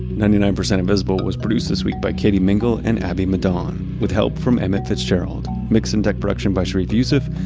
ninety nine percent invisible was produced this week by katie mingle and abby madan, and um with help from emmett fitzgerald. mix and tech production by sharif youssef,